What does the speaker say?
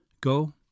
go